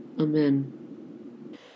Amen